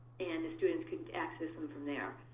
and the students could access them from there.